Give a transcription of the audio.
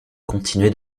continuait